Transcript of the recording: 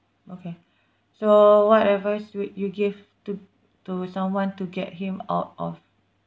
okay so what advice would you give to to someone to get him out of